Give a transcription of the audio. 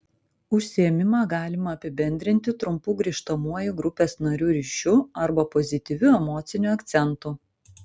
užsiėmimą galima apibendrinti trumpu grįžtamuoju grupės narių ryšiu arba pozityviu emociniu akcentu